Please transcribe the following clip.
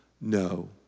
no